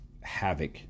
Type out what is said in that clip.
havoc